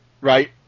right